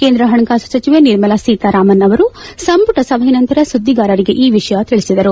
ಕೇಂದ್ರ ಹಣಕಾಸು ಸಚಿವೆ ನಿರ್ಮಲಾ ಸೀತಾರಾಮನ್ ಅವರು ಸಂಪುಟ ಸಭೆಯ ನಂತರ ಸುದ್ದಿಗಾರರಿಗೆ ಈ ವಿಷಯ ತಿಳಿಸಿದರು